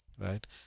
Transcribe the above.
Right